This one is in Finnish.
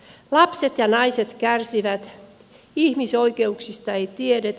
lapset ja naiset kärsivät ihmisoikeuksista ei tiedetä